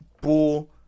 bull